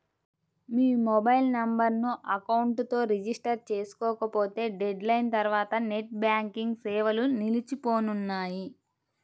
మీ mobile నెంబర్ను account తో register చేసుకోకపోతే డెడ్ లైన్ తర్వాత నెట్ బ్యాంకింగ్ సేవలు నిలిచిపోనున్నాయి